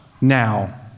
now